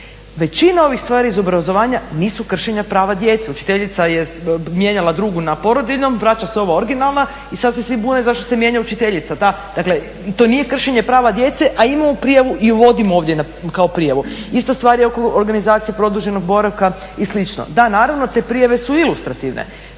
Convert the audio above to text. Većina ovih stvari iz obrazovanja nisu kršenja prava djece. Učiteljica je mijenjala drugu na porodiljnom, vraća se ova originalna i sad se svi bune zašto se mijenja učiteljica ta. Dakle, to nije kršenje prava djece a imamo prijavu i uvodimo ovdje kao prijavu. Ista stvar je oko organizacije produženog boravka i slično. Da, naravno te prijave su ilustrativne,